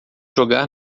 jogar